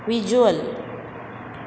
visual